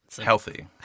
healthy